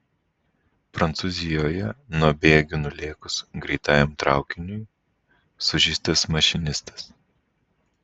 prancūzijoje nuo bėgių nulėkus greitajam traukiniui sužeistas mašinistas